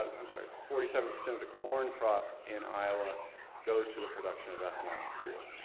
i'm sorry, forty seven percent of the corn crop in iowa goes to the production of ethanol fuel.